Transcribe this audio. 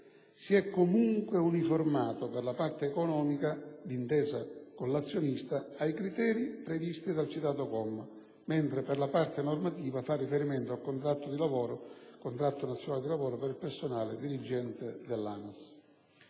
si è comunque uniformato per la parte economica, d'intesa con l'azionista, ai criteri previsti dal citato comma, mentre per la parte normativa fa riferimento al contratto nazionale di lavoro per il personale dirigente dell'ANAS.